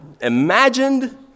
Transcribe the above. imagined